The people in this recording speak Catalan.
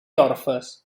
orfes